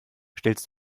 stellst